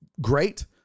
Great